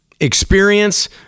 experience